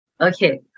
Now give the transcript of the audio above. Okay